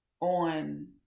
on